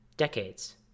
decades